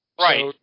Right